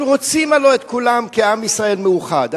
אנחנו רוצים, הלוא, את כולם כעם ישראל מאוחד,